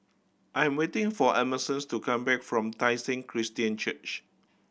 I am waiting for Emerson's to come back from Tai Seng Christian Church